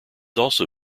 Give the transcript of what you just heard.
also